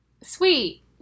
sweet